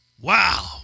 Wow